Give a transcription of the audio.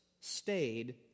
stayed